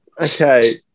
Okay